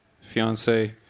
fiance